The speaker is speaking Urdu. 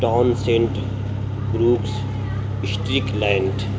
town Saint Rocks Strickland land